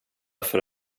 för